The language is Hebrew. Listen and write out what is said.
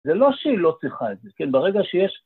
זה לא שאלות לך את זה, כן? ברגע שיש...